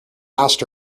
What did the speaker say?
asked